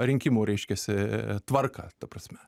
rinkimų reiškiasi tvarką ta prasme